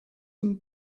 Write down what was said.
some